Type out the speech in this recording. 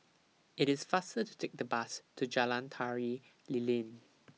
IT IS faster to Take The Bus to Jalan Tari Lilin